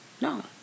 No